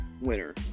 winner